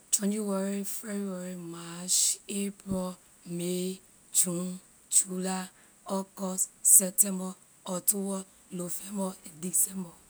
January february march april may june july august september october november and december